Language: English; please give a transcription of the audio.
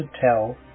tell